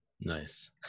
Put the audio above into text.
Nice